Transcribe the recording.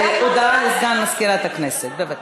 הודעה לסגן מזכירת הכנסת, בבקשה.